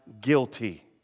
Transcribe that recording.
guilty